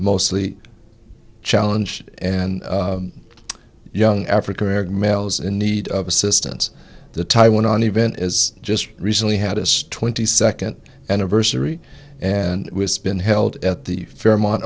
mostly challenge and young african american males in need of assistance the thai when an event is just recently had us twenty second anniversary and been held at the fairmont